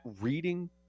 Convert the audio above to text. reading